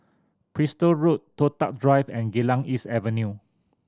Bristol Road Toh Tuck Drive and Geylang East Avenue